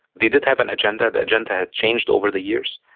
they did have an agenda. that agenda had changed over the years.